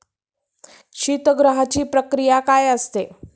शीतगृहाची प्रक्रिया काय असते?